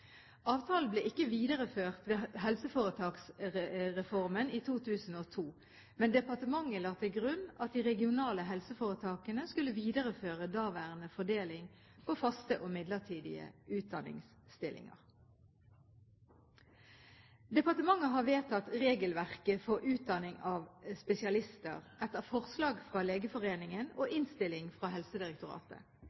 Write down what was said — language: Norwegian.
Avtalen ble ikke videreført ved helseforetaksreformen i 2002, men departementet la til grunn at de regionale helseforetakene skulle videreføre daværende fordeling på faste og midlertidige utdanningsstillinger. Departementet har vedtatt regelverket for utdanning av spesialister, etter forslag fra Legeforeningen og